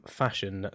fashion